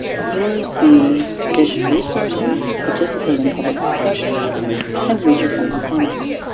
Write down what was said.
use the additional resources, participate in public discussions and read your final comments.